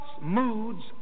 moods